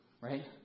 right